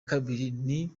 kabiri